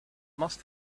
must